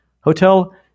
hotel